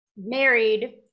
married